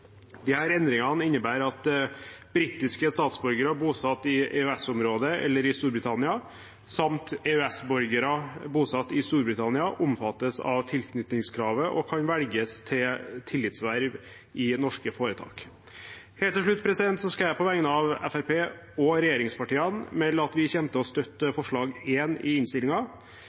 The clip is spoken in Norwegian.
endringene innebærer at britiske statsborgere bosatt i EØS-området eller Storbritannia samt EØS-borgere bosatt i Storbritannia omfattes av tilknytningskravet og kan velges til tillitsverv i norske foretak. Helt til slutt skal jeg på vegne av Fremskrittspartiet og regjeringspartiene melde at vi kommer til å støtte forslag nr. 1 i